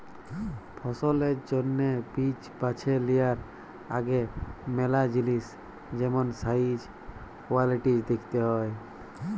ফসলের জ্যনহে বীজ বাছে লিয়ার আগে ম্যালা জিলিস যেমল সাইজ, কোয়ালিটিজ দ্যাখতে হ্যয়